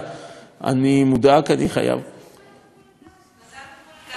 אני מודאג, לא כולם.